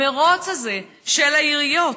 המירוץ הזה של העיריות,